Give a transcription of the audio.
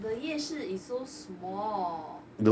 is so small that is different lah if singapore is nothing like them